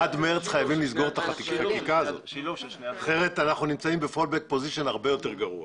אם לא נסגור על מרץ אז נימצא במצב הרבה יותר גרוע.